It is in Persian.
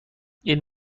این